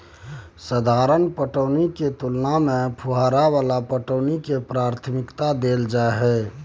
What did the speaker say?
साधारण पटौनी के तुलना में फुहारा वाला पटौनी के प्राथमिकता दैल जाय हय